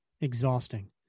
Exhausting